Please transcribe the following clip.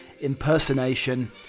impersonation